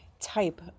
type